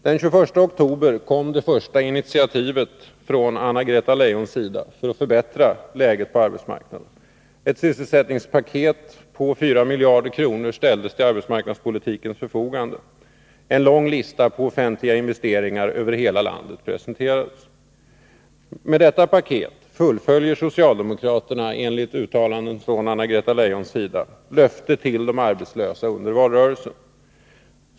Den 21 oktober kom det första initiativet från Anna-Greta Leijons sida för att förbättra läget på arbetsmarknaden. Ett sysselsättningspaket på 4 miljarder kronor ställdes till arbetsmarknadspolitikens förfogande. En lång lista på offentliga investeringar över hela landet presenterades. Med detta paket fullföljer socialdemokraterna, enligt uttalanden från Anna-Greta Leijons sida, löftet till de arbetslösa under valrörelsen.